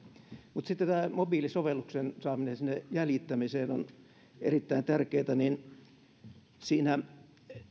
mutta sitten tämä mobiilisovelluksen saaminen sinne jäljittämiseen on erittäin tärkeätä siinä